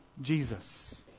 Jesus